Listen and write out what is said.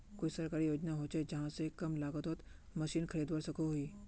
कोई सरकारी योजना होचे जहा से कम लागत तोत मशीन खरीदवार सकोहो ही?